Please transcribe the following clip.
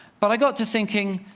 but i got to thinking,